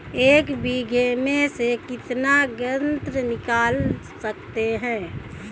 एक बीघे में से कितना गन्ना निकाल सकते हैं?